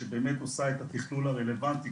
שבאמת עושה את התיכלול הרלוונטי.